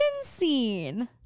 scene